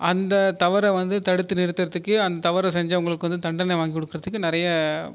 அந்த தவறை வந்து தடுத்து நிறுத்துவதுக்கு அந்த தவறை செஞ்சவர்களுக்கு வந்து தண்டனை வாங்கி கொடுக்குறதுக்கு நிறைய